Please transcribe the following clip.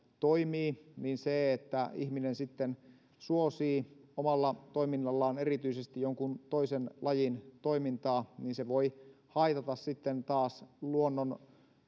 toimii niin se että ihminen sitten suosii omalla toiminnallaan erityisesti jonkun toisen lajin toimintaa voi haitata sitten taas luonnon